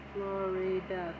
Florida